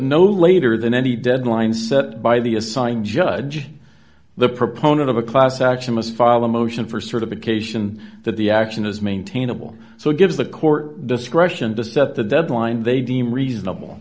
no later than any deadline set by the assigned judge the proponent of a class action must follow a motion for certification that the action is maintainable so it gives the court discretion to set the deadline they deem reasonable